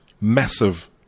massive